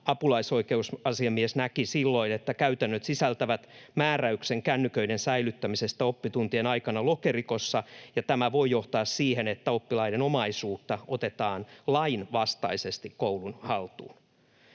apulaisoikeusasiamies näki silloin, että käytännöt sisältävät määräyksen kännyköiden säilyttämisestä oppituntien aikana lokerikossa, ja tämä voi johtaa siihen, että oppilaiden omaisuutta otetaan lain vastaisesti koulun haltuun.